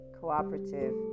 cooperative